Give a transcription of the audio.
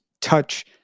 touch